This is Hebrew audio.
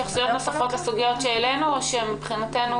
משרד ראש הממשלה וקבינט הקורונה כשניהלנו איתם את השיח,